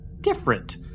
different